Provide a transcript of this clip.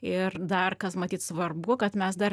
ir dar kas matyt svarbu kad mes dar